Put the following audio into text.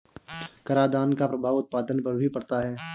करादान का प्रभाव उत्पादन पर भी पड़ता है